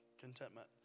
contentment